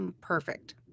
perfect